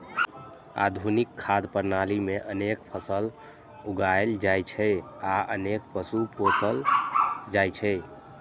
आधुनिक खाद्य प्रणाली मे अनेक फसल उगायल जाइ छै आ अनेक पशु पोसल जाइ छै